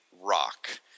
rock